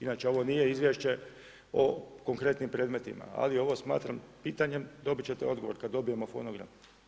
Inače, ovo nije izvješće o konkretnim predmetima, ali ovo smatram pitanjem, dobiti ćete odgovor kad dobijemo fonogram.